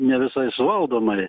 ne visai suvaldomai